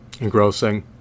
engrossing